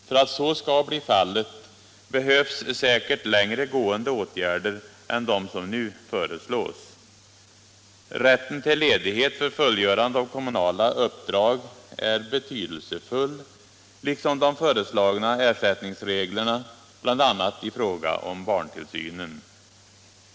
För att så skall bli fallet behövs säkert längre gående åtgärder än de som nu föreslås. Rätten till ledighet för fullgörande av kommunala uppdrag är betydelsefull liksom de föreslagna ersättningsreglerna, bl.a. i fråga om barntillsynen.